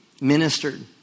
ministered